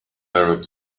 arab